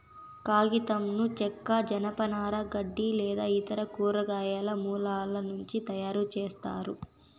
కాగితంను చెక్క, జనపనార, గడ్డి లేదా ఇతర కూరగాయల మూలాల నుంచి తయారుచేస్తారు